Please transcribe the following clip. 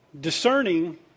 Discerning